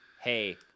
hey